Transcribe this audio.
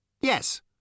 Yes